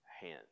hand